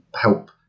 help